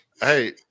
Hey